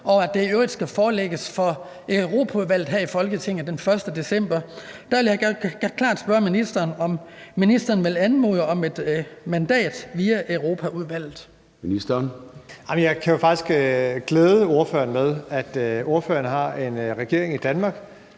og at det i øvrigt skal forelægges for Europaudvalget her i Folketinget den 1. december. Der vil jeg klart spørge ministeren, om ministeren vil anmode om et mandat via Europaudvalget. Kl. 14:27 Formanden (Søren Gade): Ministeren. Kl.